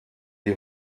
die